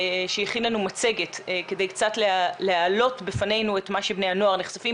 שהכין לנו מצגת כדי קצת להעלות בפנינו את מה שבני הנוער נחשפים.